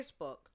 Facebook